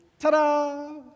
ta-da